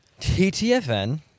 TTFN